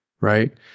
Right